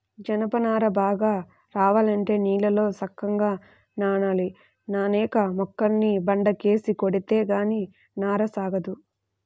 జనప నార బాగా రావాలంటే నీళ్ళల్లో సక్కంగా నానాలి, నానేక మొక్కల్ని బండకేసి కొడితే గానీ నార సాగదు